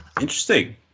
interesting